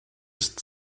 ist